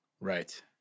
Right